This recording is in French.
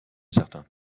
certain